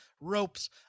ropes